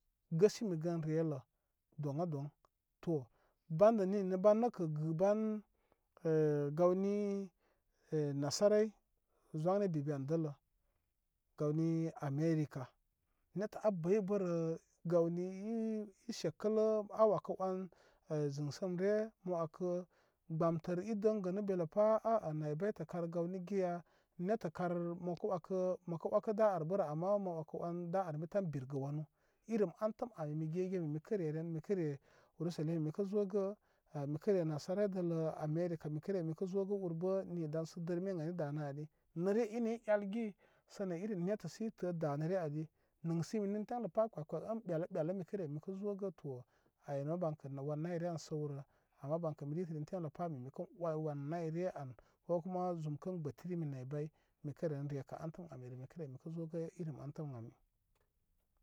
Gəsimigən relə doŋ a doŋ to banda ninniban nəkə gə ban ə gawni ə nasarayi za nə diga dələ gawni america nettə a bəybərə gawni i isekələ a wəkə wən əy zənsəmre mə wəkə gbomtər i daŋgənə beləpa aa naybaytə kar gawni giya nettə kar məkə wəkə məkə wəkə da albərə ama ma wəkə wən da anbi tan birgə wanu irim antəm am migegen min mikə reren mikəre urusalima mikə zogə a mikəre nasa rayi dələ america mikəre mikə zo gə ulbə ni daysə dərme ən ay idanə ali nəre ini i elgi sə nə iri nettə sə itə danəre ali nənsimi nən temləpa kpək kpək an ɓelə ɓelə məkə re mikə zogə to aynə bankə wan nayre aynə səwrə ama bankə mi ritərin tanləpa min mikə oywan nayre an kokuma zum kən gbətirimi naybəy mikə ren rekə antəm ami mikə zo gə irem antəm ən ami.